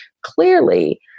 Clearly